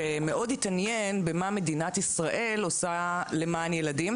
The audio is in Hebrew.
שמאוד התעניין במה מדינת ישראל עושה למען ילדים